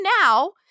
now